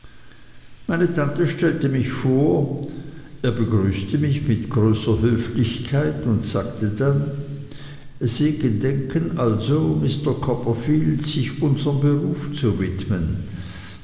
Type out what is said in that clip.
meine tante stellte mich vor er begrüßte mich mit großer höflichkeit und sagte dann sie gedenken also mr copperfield sich unserm beruf zu widmen